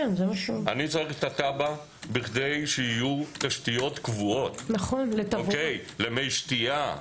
אני צריך את התב"ע בכדי שיהיו תשתיות קבועות למי שתייה,